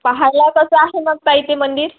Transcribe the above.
पाहायला कसं आहे मग काही ते मंदिर